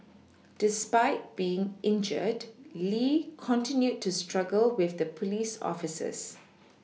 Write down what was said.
despite being injured Lee continued to struggle with the police officers